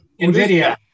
NVIDIA